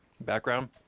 Background